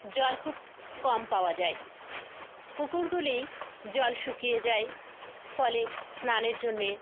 জল খুব কম পাওয়া যায় পুকুরগুলি জল শুকিয়ে যায় ফলে স্নানের জন্যে